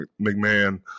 McMahon